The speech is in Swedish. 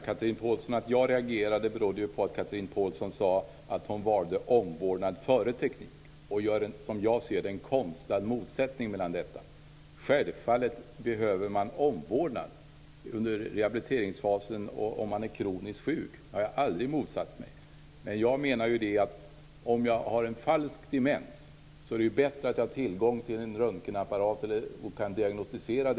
Herr talman! Att jag reagerade berodde på att Chatrine Pålsson sade att hon valde omvårdnad före teknik. Då gör hon en konstlad motsättning mellan detta, som jag ser det. Självfallet behöver man omvårdnad under rehabiliteringsfasen och om man är kroniskt sjuk. Det har jag aldrig motsatt mig. Om jag har en falsk demens och har tillgång till en röntgenapparat kan detta diagnostiseras.